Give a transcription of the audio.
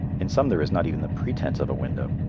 in some there is not even the pretence of a window,